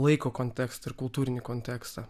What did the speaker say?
laiko kontekstą ir kultūrinį kontekstą